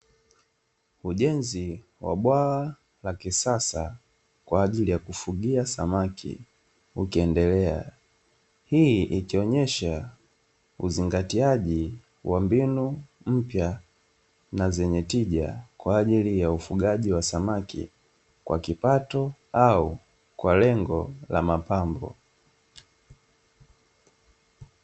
Ujenzi wa bwawa la kisasa kwa ajili ya kufugia samaki ukiendelea. Hii ikionyesha uzingatiaji wa mbinu mpya, na zenye tija kwa ajili ya ufugaji wa samaki, kwa kipato au kwa lengo la mapambo.